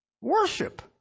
worship